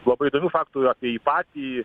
labai įdomių faktų apie jį patį